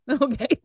okay